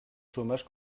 chômage